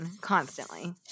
constantly